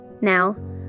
Now